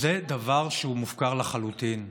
זה דבר שהוא מופקר לחלוטין,